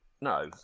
No